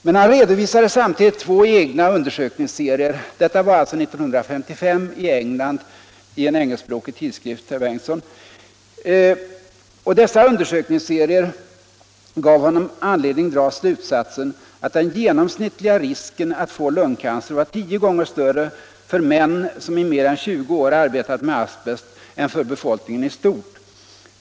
Men han redovisade samtidigt två egna undersökningsserier, som då — detta var alltså i en engelskspråkig tidskrift år 1955, herr Bengtsson — gav honom anledning dra slutsatsen att den genomsnittliga risken att få lungcancer var tio gånger större för män som i mer än 20 år arbetat med asbest än för befolkningen i stort.